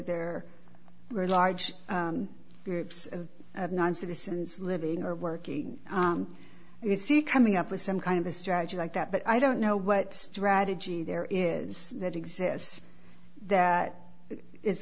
there are large groups of non citizens living or working and you see coming up with some kind of a strategy like that but i don't know what strategy there is that exists that i